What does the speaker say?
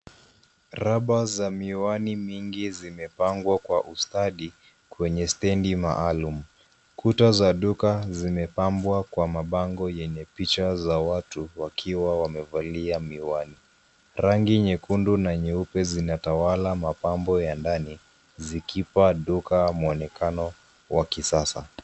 Raba za miwani mingi zimepangwa kwa ustadi kwenye stendi maalum. Kuta za duka zimepambwa kwa mabango yenye picha za watu wakiwa wamevalia miwani. Rangi nyekundu na nyeupe zinatawala mapambo ya ndani, zikipa duka mwonekano wa kisasa.